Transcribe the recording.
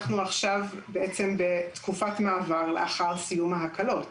אנחנו עכשיו בעצם בתקופת מעבר לאחר סיום ההקלות.